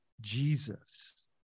Jesus